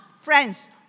friends